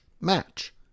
match